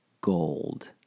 gold